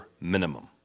minimum